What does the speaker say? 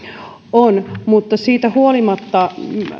on mutta siitä huolimatta